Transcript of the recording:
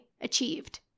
achieved